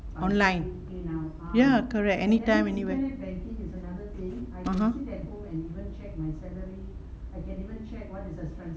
online ya correct anytime anywhere (uh huh)